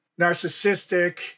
narcissistic